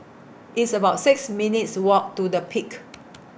It's about six minutes' Walk to The Peak